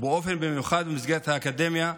ובאופן מיוחד במסגרת האקדמיה,